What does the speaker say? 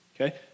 Okay